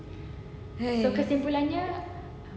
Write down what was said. !hais!